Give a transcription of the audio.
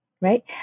right